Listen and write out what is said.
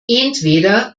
entweder